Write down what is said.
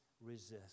resist